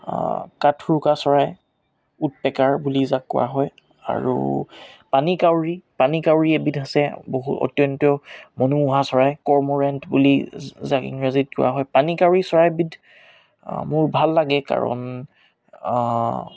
কাঠোৰোকা চৰাই উডপেকাৰ বুলি যাক কোৱা হয় আৰু পানীকাউৰী পানীকাউৰী এবিধ আছে বহু অত্যন্ত মনোমোহা চৰাই কৰ্মৰেণ্ট বুলি যাক ইংৰাজীত কোৱা হয় পানীকাউৰী চৰাইবিধ মোৰ ভাল লাগে কাৰণ